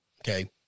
Okay